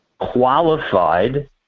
qualified